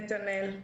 נתנאל.